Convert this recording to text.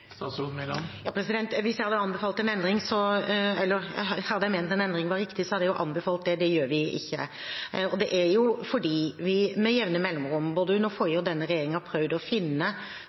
endring var riktig, hadde jeg anbefalt det. Det gjør jeg ikke. Det er fordi vi med jevne mellomrom, både under den forrige og denne regjeringen, har prøvd å finne